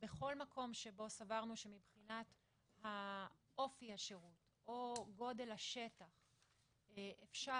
בכל מקום שבו סברנו שמבחינת אופי השירות או גודל השטח אפשר,